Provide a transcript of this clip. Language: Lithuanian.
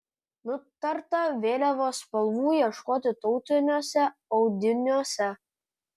nutarta vėliavos spalvų ieškoti tautiniuose audiniuose